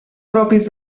propis